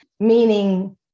meaning